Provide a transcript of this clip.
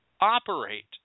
operate